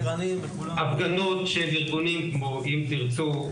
הפגנות של ארגונים כמו 'אם תרצו',